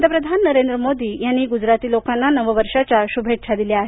पंतप्रधान नरेंद्र मोदी यांनी गुजराती लोकांना नववर्षाच्या शुभेच्छा दिल्या आहेत